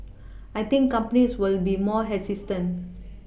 I think companies will be more hesitant